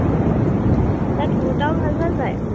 তাত কুৰ্তাও ভাল ভাল পায়